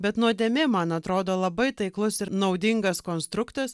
bet nuodėmė man atrodo labai taiklus ir naudingas konstruktas